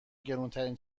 گرونترین